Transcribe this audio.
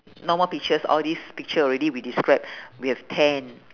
no more pictures all these picture already we describe we have ten